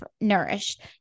nourished